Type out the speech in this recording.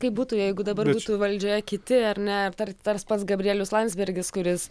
kaip būtų jeigu dabar būtų valdžioje kiti ar ne tar tas pats gabrielius landsbergis kuris